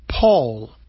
Paul